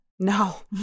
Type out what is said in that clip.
no